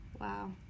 Wow